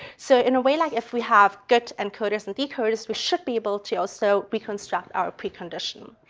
so in a way like if we have, get and code us and decode us, we should be able to also reconstruct our precondition.